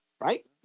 right